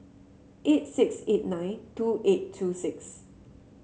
eight six eight nine two eight two six